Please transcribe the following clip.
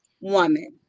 Woman